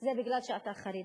זה כי אתה חרדי.